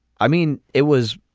i mean it was